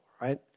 right